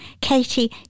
Katie